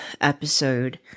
episode